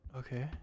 okay